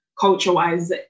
culture-wise